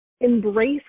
embrace